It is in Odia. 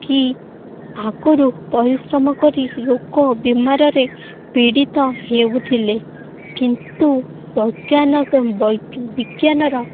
କି ଆଗରୁ ପରିଶ୍ରମ କରି ଲୋକ ବେମାରରେ ପୀଡ଼ିତ ହେଉଥିଲେ କିନ୍ତୁ ବୈଜ୍ଞାନିକ ବିଜ୍ଞାନର